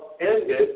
ended